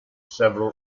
several